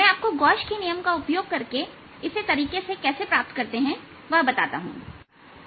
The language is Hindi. मैं आपको दिखाता हूं कि गोश के नियम का उपयोग करके इसे तरीके से कैसे प्राप्त किया जा सकता है